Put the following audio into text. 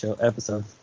episode